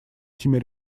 этими